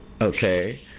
Okay